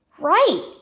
Right